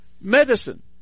medicine